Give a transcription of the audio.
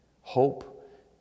hope